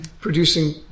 producing